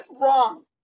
wrong